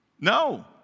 No